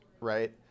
right